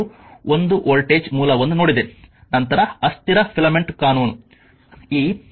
2 ಒಂದು ವೋಲ್ಟೇಜ್ ಮೂಲವನ್ನು ನೋಡಿದೆ ನಂತರ ಅಸ್ಥಿರ ಫಿಲಮೆಂಟ್ ಕಾನೂನು